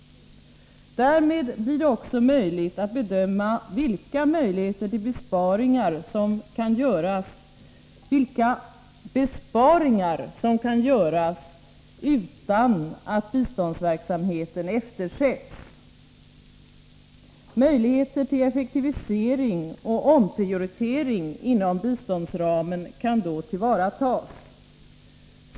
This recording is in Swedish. Därmed blir det också möjligt att bedöma vilka möjligheter till besparingar som kan göras utan att biståndsverksamheten eftersätts. Möjligheter till effektivisering och omprioritering inom biståndsramen kan då tillvaratas.